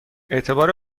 اعتبار